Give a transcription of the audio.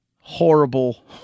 horrible